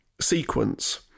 sequence